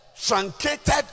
truncated